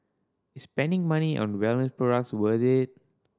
is spending money on wellness products worth it